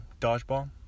Dodgeball